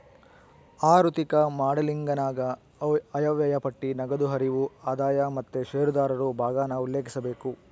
ಆಋಥಿಕ ಮಾಡೆಲಿಂಗನಾಗ ಆಯವ್ಯಯ ಪಟ್ಟಿ, ನಗದು ಹರಿವು, ಆದಾಯ ಮತ್ತೆ ಷೇರುದಾರರು ಭಾಗಾನ ಉಲ್ಲೇಖಿಸಬೇಕು